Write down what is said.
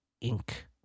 Ink